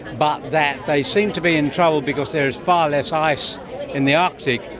but that they seem to be in trouble because there is far less ice in the arctic,